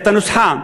את הנוסחה,